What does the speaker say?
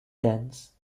dense